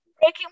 breaking